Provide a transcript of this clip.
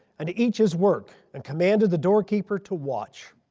and to each his work, and commanded the doorkeeper to watch.